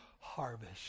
harvest